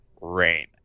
Rain